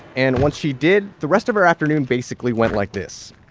and once she did, the rest of her afternoon basically went like this.